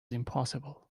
impossible